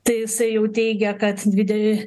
tai jisai jau teigė kad dvide